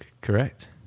correct